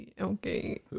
Okay